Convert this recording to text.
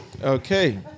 Okay